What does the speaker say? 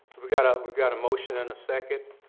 we got ah we got a motion and a second.